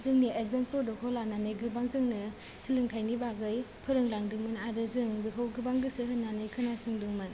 जोंनि एदभान्स बड' खौ लानानै गोबां जोंनो सोलोंथाइनि बागै फोरोंलांदोंमोन आरो जों बेखौ गोबां गोसो होनानै खोनासंदोंमोन